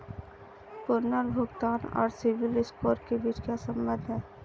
पुनर्भुगतान और CIBIL score के बीच क्या संबंध है?